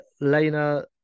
Lena